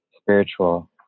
spiritual